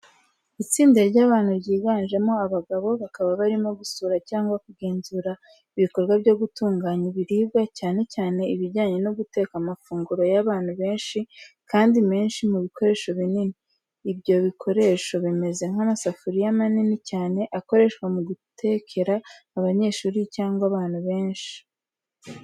Itsinda ry'abantu ryiganjemo abagabo, bakaba barimo gusura cyangwa kugenzura ibikorwa byo gutunganya ibiribwa, cyane cyane ibijyanye no guteka amafunguro y'abantu benshi, kandi menshi mu bikoresho binini. Ibyo bikoresho bimeze nk'amasafuriya manini cyane, akoreshwa mu gutekera abanyeshuri cyangwa abantu benshi.